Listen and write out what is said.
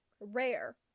rare